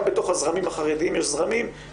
בתוך הזרמים החרדיים יש זרמים מכל הכיוונים.